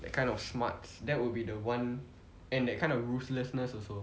that kind of smarts that would be the one and that kind of ruthlessness also